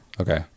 okay